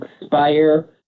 expire